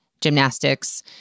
gymnastics